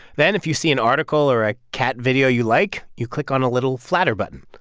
then, if you see an article or a cat video you like, you click on a little flattr button.